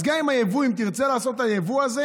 אז גם אם תרצה לעשות את היבוא הזה,